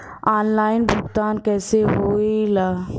Online भुगतान कैसे होए ला?